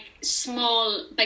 small